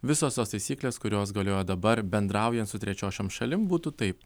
visos tos taisyklės kurios galioja dabar bendraujant su trečiošiom šalim būtų taip